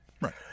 right